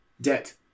debt